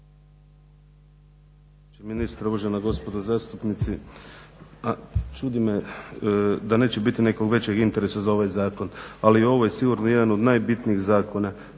ministra, uvažena gospodo zastupnici. Čudi me da neće biti nekog većeg interesa za ovaj zakon, ali ovo je sigurno jedan od najbitnijih zakona